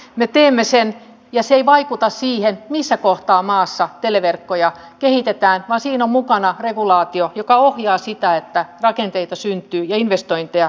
me teemme sen ja se ei vaikuta siihen missä kohtaa maassa televerkkoja kehitetään vaan siinä on mukana regulaatio joka ohjaa sitä että rakenteita syntyy ja investointeja koko maahan